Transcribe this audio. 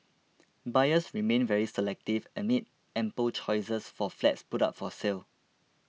buyers remain very selective amid ample choices of flats put up for sale